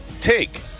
take